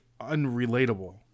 unrelatable